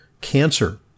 cancer